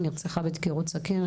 נרצחה על ידי דקירות סכין.